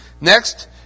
Next